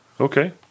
Okay